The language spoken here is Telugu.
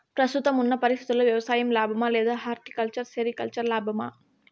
ప్రస్తుతం ఉన్న పరిస్థితుల్లో వ్యవసాయం లాభమా? లేదా హార్టికల్చర్, సెరికల్చర్ లాభమా?